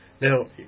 Now